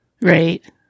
Right